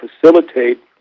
facilitate